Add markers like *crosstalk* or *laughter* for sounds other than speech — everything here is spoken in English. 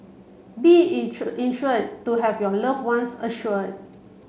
be *unintelligible* insured to have your loved ones assured